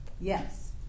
Yes